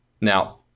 Now